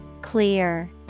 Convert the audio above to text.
Clear